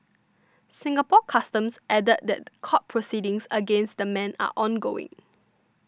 Singapore Customs added that court proceedings against the men are ongoing